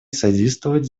содействовать